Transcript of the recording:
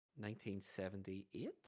1978